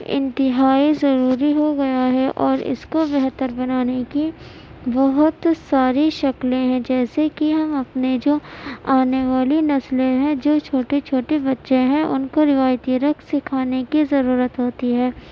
انتہائی ضروری ہو گیا ہے اور اس کو بہتر بنانے کی بہت ساری شکلیں ہیں جسے کہ ہم اپنے جو آنے والی نسلیں ہیں جو چھوٹے چھوٹے بچے ہیں ان کو روایتی رقص سکھانے کی ضرورت ہوتی ہے